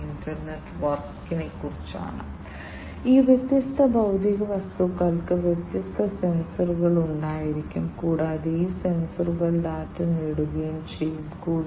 communication unit memory unit എന്നിങ്ങനെ വ്യത്യസ്ത ഘടകങ്ങളുമായി ഇന്റർഫേസ് ചെയ്യുക കൂടാതെ ചില യൂസർ ഇന്റർഫേസ് ഘടകങ്ങൾ നൽകുക